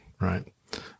right